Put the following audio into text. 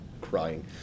crying